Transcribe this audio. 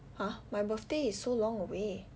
!huh! my birthday is so long away